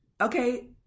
okay